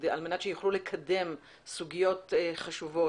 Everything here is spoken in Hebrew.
על מנת שיוכלו לקדם סוגיות חשובות.